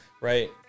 right